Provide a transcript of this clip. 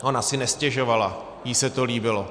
Ona si nestěžovala, jí se to líbilo.